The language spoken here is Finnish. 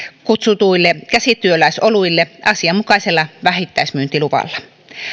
kutsutuille käsityöläisoluille asianmukaisella vähittäismyyntiluvalla